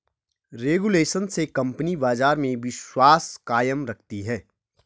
regulation से company बाजार में विश्वास कायम रखती है